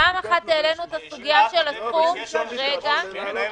פעם אחת שהעלינו את הסוגיה של הסכום --------- לבוא ולהציג.